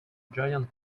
giant